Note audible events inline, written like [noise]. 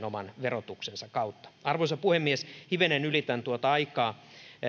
[unintelligible] oman verotuksensa kautta arvoisa puhemies hivenen ylitän tuota aikaa